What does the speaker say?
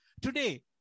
Today